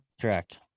correct